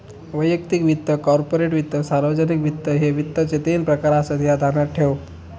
वैयक्तिक वित्त, कॉर्पोरेट वित्त, सार्वजनिक वित्त, ह्ये वित्ताचे तीन प्रकार आसत, ह्या ध्यानात ठेव